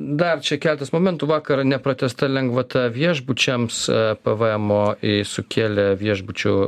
dar keletas momentų vakar nepratęsta lengvata viešbučiams pvmo sukėlė viešbučių